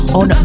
on